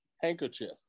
handkerchief